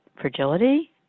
Fragility